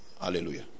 Hallelujah